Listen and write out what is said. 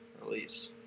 release